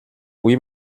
oui